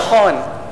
נכון,